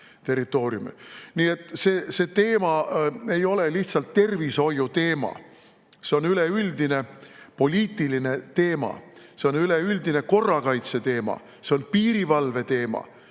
Nii et see teema ei ole lihtsalt tervishoiuteema. See on üleüldine poliitiline teema. See on üleüldine korrakaitseteema. See on piirivalveteema.